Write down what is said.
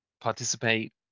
participate